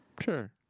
Sure